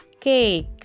cake